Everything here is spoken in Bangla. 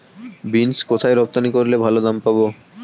বিন্স কোথায় রপ্তানি করলে ভালো দাম পাব?